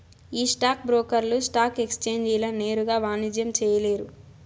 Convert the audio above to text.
ఈ స్టాక్ బ్రోకర్లు స్టాక్ ఎక్సేంజీల నేరుగా వాణిజ్యం చేయలేరు